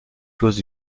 clause